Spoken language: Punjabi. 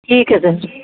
ਠੀਕ ਹੈ ਸਰ